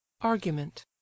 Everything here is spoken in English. Argument